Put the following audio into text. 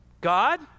God